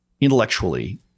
intellectually